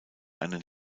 einen